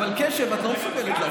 אבל קשב, את לא מסוגלת להקשיב.